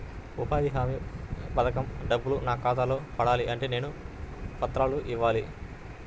ఉపాధి హామీ పథకం డబ్బులు నా ఖాతాలో పడాలి అంటే నేను ఏ పత్రాలు ఇవ్వాలి?